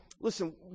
listen